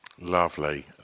Lovely